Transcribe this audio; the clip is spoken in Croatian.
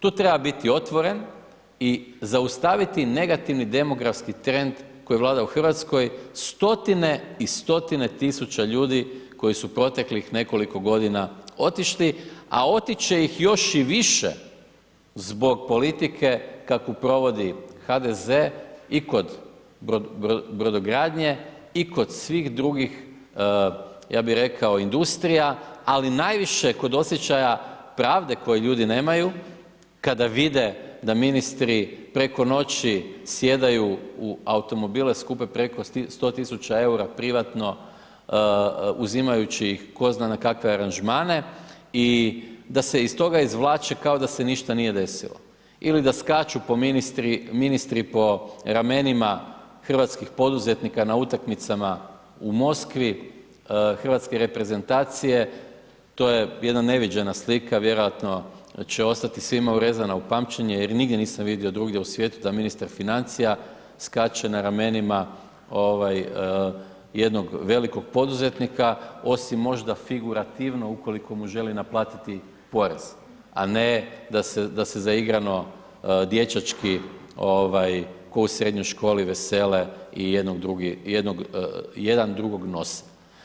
Tu treba biti otvoren i zaustaviti negativni demografski trend koji vlada u Hrvatskoj 100-tine i 100-tine tisuća ljudi koji su proteklih nekoliko godina otišli, a otić će ih još i više zbog politike kakvu provodi HDZ i kod brodogradnje i kod svih drugih ja bi rekao industrija, ali najviše kod osjećaja pravde koji ljudi nemaju kada vide da ministri preko noći sjedaju u automobile skupe preko 100.000 EUR-a privatno uzimajući ih ko zna na kakve aranžmane i da se iz toga izvlače kao da se ništa nije desilo ili da skaču ministri po ramenima hrvatskih poduzetnika na utakmicama u Moskvi hrvatske reprezentacije, to je jedna neviđena slika, vjerojatno će ostati svima urezana u pamćenje, jer nigdje nisam vidio drugdje u svijetu da ministar financija skače na ramenima jednog velikog poduzetnika, osim možda figurativno ukoliko mu želi naplatiti porez, a ne da se zaigrano dječački ko u srednjoj školi vesele i jedan drugog nose.